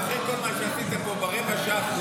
אחרי כל מה שעשית פה ברבע השעה האחרונה,